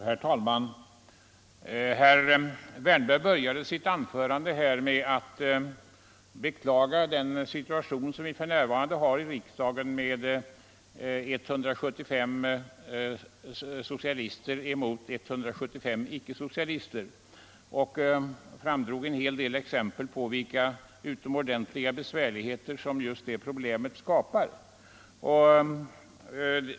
Herr talman! Herr Wärnberg började sitt anförande med att beklaga det jämviktsläge vi för närvarande har i riksdagen med 175 socialister mot 175 icke-socialister. Han visade med några exempel vilka utomordentliga besvärligheter detta skapar.